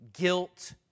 guilt